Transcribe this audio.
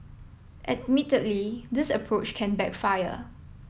admittedly this approach can backfire